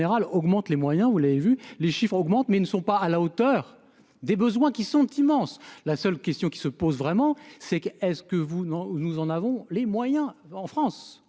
augmente les moyens, vous l'avez vu les chiffres augmentent, mais ils ne sont pas à la hauteur des besoins qui sont immenses, la seule question qui se pose vraiment, c'est qu'est-ce que vous non, nous en avons les moyens en France,